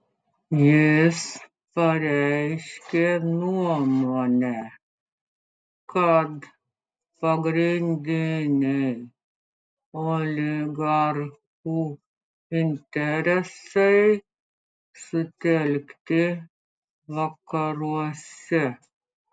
jis pareiškė nuomonę kad pagrindiniai oligarchų interesai sutelkti vakaruose